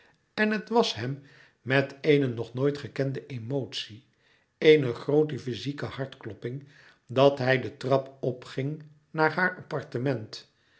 en het was hem met eene nog nooit gekende emotie eene groote fyzieke hartklopping dat hij de trap opging naar haar appartement